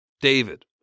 David